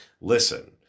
Listen